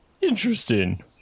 interesting